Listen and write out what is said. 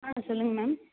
ஆ சொல்லுங்கள் மேம்